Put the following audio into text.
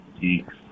geeks